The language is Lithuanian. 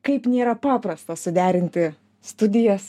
kaip nėra paprasta suderinti studijas